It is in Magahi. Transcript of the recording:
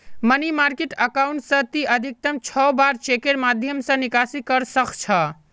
मनी मार्किट अकाउंट स ती अधिकतम छह बार चेकेर माध्यम स निकासी कर सख छ